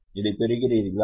அதைப் பெறுகிறீர்களா